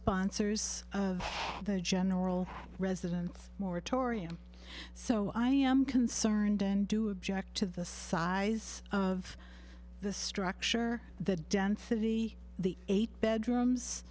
sponsors of the general residence moratorium so i am concerned and do object to the size of the structure the density the eight bedrooms